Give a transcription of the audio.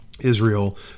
Israel